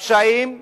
לפשעים ולפושעים,